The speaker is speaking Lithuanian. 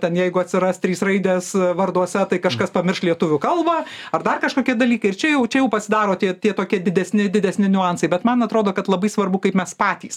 ten jeigu atsiras trys raidės varduose tai kažkas pamirš lietuvių kalbą ar dar kažkokie dalykai ir čia jau čia jau pasidaro tie tie tokie didesni didesni niuansai bet man atrodo kad labai svarbu kaip mes patys